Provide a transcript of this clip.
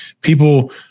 people